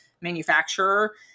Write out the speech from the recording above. manufacturer